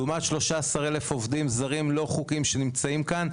לעומת 13,000 עובדים זרים לא חוקיים שנמצאים כאן.